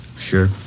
Sure